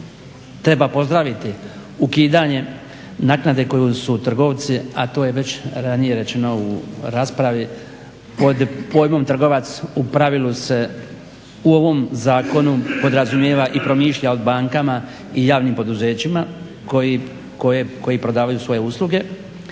treba pozdraviti ukidanje naknade kojom su trgovci, a to je već ranije rečeno u raspravi pod pojmom trgovac u pravilu se u ovom zakonu podrazumijeva i promišlja o bankama i javnim poduzećima koji probavaju svoje usluge.